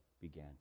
began